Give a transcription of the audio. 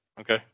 Okay